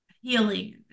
healing